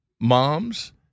moms